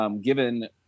given